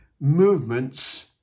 movements